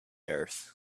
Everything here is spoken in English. earth